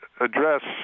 address